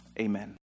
Amen